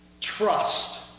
trust